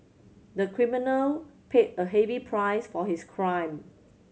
the criminal paid a heavy price for his crime